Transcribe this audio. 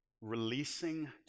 Releasing